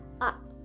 up